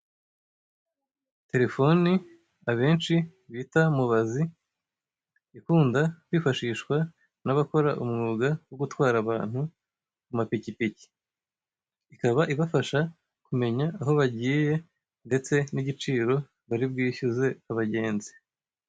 Telefone abenshi bita mubazi ikunda kwifashishwa n'abakora umwuga wo gutwara abantu ku mapikipiki, ikaba ibafasha kumenya aho bagiye ndetse n'igiciro bari bwishyuze abagenzi.